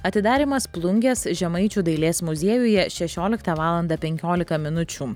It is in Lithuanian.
atidarymas plungės žemaičių dailės muziejuje šešioliktą valandą penkiolika minučių